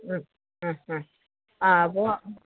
മ്മ് അ അ ആ അപ്പോള്